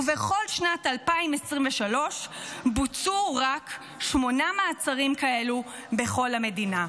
ובכל שנת 2023 בוצעו רק שמונה מעצרים כאלה בכל המדינה.